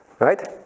Right